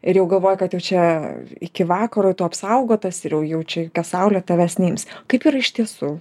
ir jau galvoji kad jau čia iki vakaro tu apsaugotas ir jau jau čia jokia saulė tavęs neims kaip yra iš tiesų